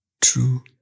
true